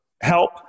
help